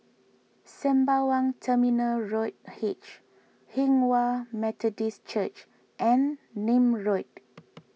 Sembawang Terminal Road H Hinghwa Methodist Church and Nim Road